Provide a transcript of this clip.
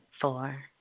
four